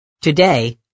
Today